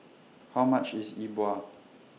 How much IS Yi Bua